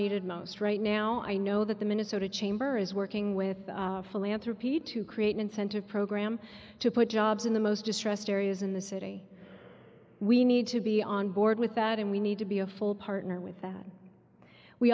needed most right now i know that the minnesota chamber is working with philanthropy to create an incentive program to put jobs in the most distressed areas in the city we need to be on board with that and we need to be a full partner with that we